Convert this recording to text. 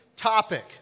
topic